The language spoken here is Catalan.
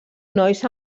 nois